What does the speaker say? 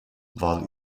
war